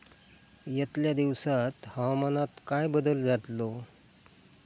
यतल्या दिवसात हवामानात काय बदल जातलो?